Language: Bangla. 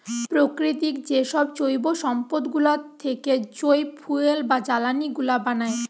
প্রকৃতির যেসব জৈব সম্পদ গুলা থেকে যই ফুয়েল বা জ্বালানি গুলা বানায়